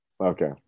Okay